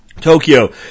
Tokyo